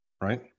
Right